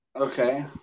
Okay